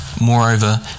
Moreover